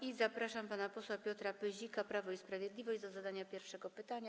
I zapraszam pana posła Piotra Pyzika, Prawo i Sprawiedliwość, do zadania pierwszego pytania.